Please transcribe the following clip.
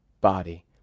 body